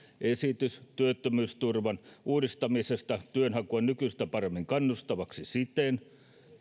esitys työttömyysturvan uudistamisesta työnhakua nykyistä paremmin kannustavaksi siten